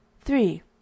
Three